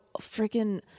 freaking